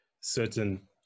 certain